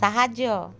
ସାହାଯ୍ୟ